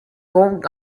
going